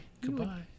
goodbye